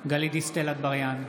גלית דיסטל אטבריאן,